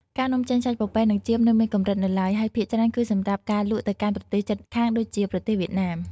ការនាំចេញសត្វពពែនិងចៀមនៅមានកម្រិតនៅឡើយ ដោយភាគច្រើនគឺសម្រាប់ការលក់ទៅកាន់ប្រទេសជិតខាងដូចជាប្រទេសវៀតណាម។